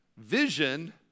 Vision